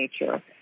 nature